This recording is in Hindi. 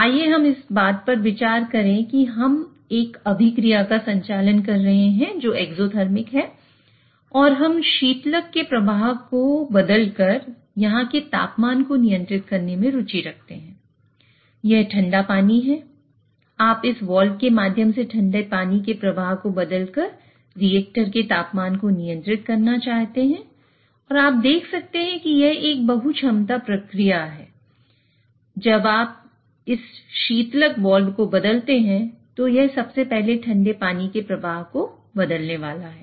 आइए हम इस बात पर विचार करें कि हम एक अभिक्रिया का संचालन कर रहे हैं जो एक्ज़ोथिर्मिक है जब आप इस शीतलक वाल्व को बदलते हैं तो यह सबसे पहले ठंडे पानी के प्रवाह को बदलने वाला है